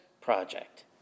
Project